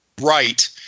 right